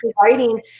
providing